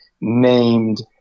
named